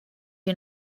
you